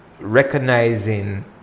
recognizing